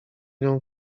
nią